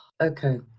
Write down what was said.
okay